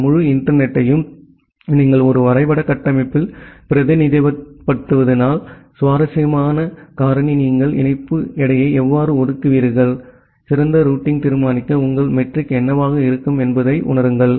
இந்த முழு இன்டர்நெட் த்தையும் நீங்கள் ஒரு வரைபட கட்டமைப்பில் பிரதிநிதித்துவப்படுத்தினால் சுவாரஸ்யமான காரணி நீங்கள் இணைப்பு எடையை எவ்வாறு ஒதுக்குவீர்கள் சிறந்த ரூட்டிங் தீர்மானிக்க உங்கள் மெட்ரிக் என்னவாக இருக்கும் என்பதுதான்